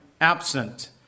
absent